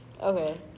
Okay